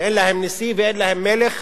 שאין להן נשיא ואין להן מלך,